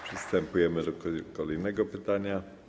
Przystępujemy do kolejnego pytania.